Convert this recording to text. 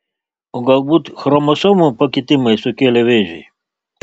o galbūt chromosomų pakitimai sukėlė vėžį